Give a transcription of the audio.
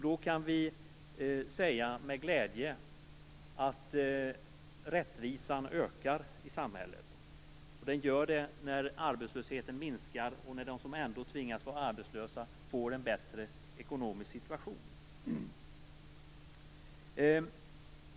Då kan vi med glädje säga att rättvisan ökar i samhället. Arbetslösheten minskar, och de som ändå tvingas vara arbetslösa får en bättre ekonomisk situation.